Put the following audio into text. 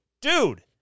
dude